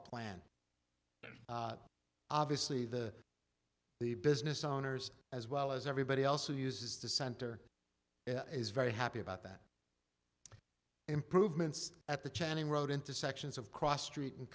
plan obviously the the business owners as well as everybody else who uses the center is very happy about that improvements at the channing road intersections of cross street and